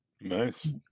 nice